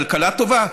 כלכלה טובה?